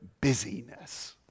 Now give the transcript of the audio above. busyness